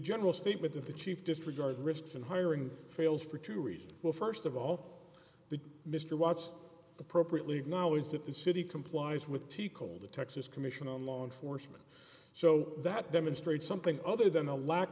general statement that the chief disregard risks in hiring fails for two reasons well st of all the mr watts appropriately now is that the city complies with tikal the texas commission on law enforcement so that demonstrates something other than the lack